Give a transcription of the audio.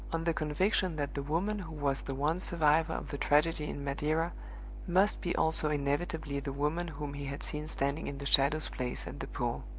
on the conviction that the woman who was the one survivor of the tragedy in madeira must be also inevitably the woman whom he had seen standing in the shadow's place at the pool.